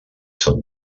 són